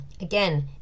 Again